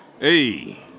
Hey